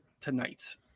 tonight